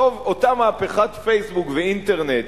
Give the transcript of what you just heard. אותה מהפכת "פייסבוק" ואינטרנט